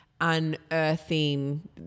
unearthing